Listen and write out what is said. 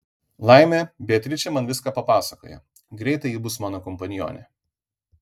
laimė beatričė man viską papasakoja greitai ji bus mano kompanionė